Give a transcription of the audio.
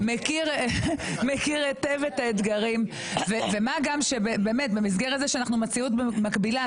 במסגרת זה שאנחנו במציאות מקבילה,